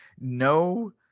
no